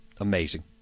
amazing